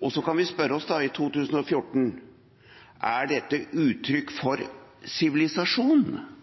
industri. Så kan vi spørre oss, i 2014: Er dette uttrykk for sivilisasjon –